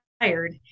hired